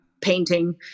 painting